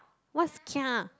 what's kia